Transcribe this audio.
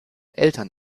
eltern